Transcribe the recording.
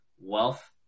wealth